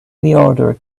reorder